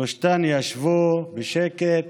שלושתן ישבו בשקט